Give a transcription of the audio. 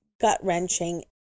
gut-wrenching